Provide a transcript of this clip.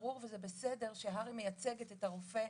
ברור וזה בסדר שהר"י מייצגת את הרופא,